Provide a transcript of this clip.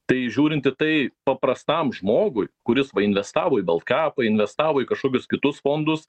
tai žiūrintį tai paprastam žmogui kuris va investavo į baltkepą investavo į kažkokius kitus fondus